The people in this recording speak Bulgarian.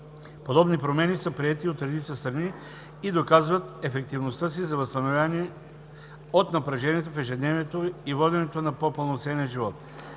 Подобни промени са приети от редица страни и доказват ефективността си за възстановяване от напрежението в ежедневието и воденето на по-пълноценен живот.